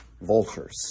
vultures